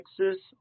Texas